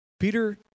Peter